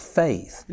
faith